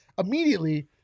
immediately